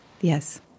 yes